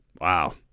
Wow